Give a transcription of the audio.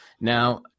Now